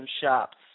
shops